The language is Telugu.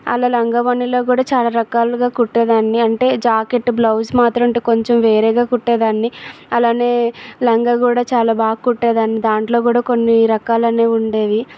అలా లంగా ఓణిలో కూడా చాలా రకాలుగా కుట్టేదాన్ని అంటే జాకెట్ బ్లౌజ్ మాత్రం ఇటు కొంచెం వేరేగా కుట్టేదాన్ని అలాగే లంగ కూడా చాలా బాగా కుట్టేదాన్ని దాంట్లో కూడా కొన్ని రకాలు అనేవి ఉండేవి